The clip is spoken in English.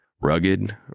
Rugged